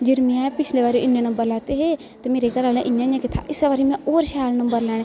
जेकर में पिछले बारी इन्ने नम्बर लैते हे ते मेरे घरै आह्लें इ'यां इ'यां कीता इस्से बारी में होर शैल नम्बर लैने